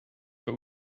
but